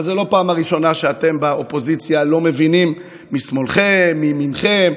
אבל זו לא הפעם הראשונה שאתם באופוזיציה לא מבינים משמאלכם ומימינכם.